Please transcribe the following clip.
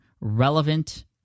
relevant